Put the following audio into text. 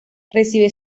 recibe